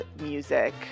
music